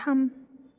थाम